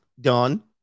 done